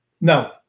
no